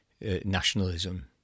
nationalism